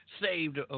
saved